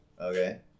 Okay